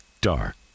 Dark